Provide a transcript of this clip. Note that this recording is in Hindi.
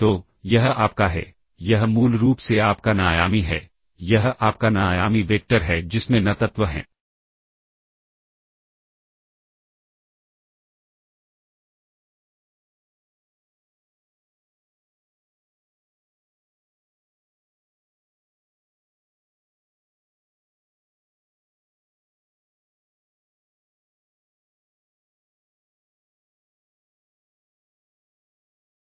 तो यह आपका है यह मूल रूप से आपका n आयामी है यह आपका n आयामी वेक्टर है जिसमें n तत्व हैं